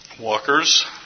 walkers